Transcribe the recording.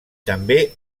també